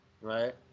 right